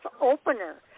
opener